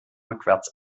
rückwärts